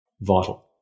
vital